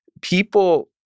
People